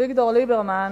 אביגדור ליברמן